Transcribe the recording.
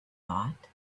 thought